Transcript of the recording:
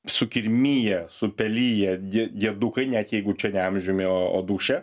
sukirmiję supeliję die diedukai net jeigu čia ne amžiumi o dūšia